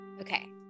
Okay